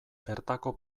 bertako